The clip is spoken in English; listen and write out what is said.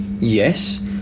yes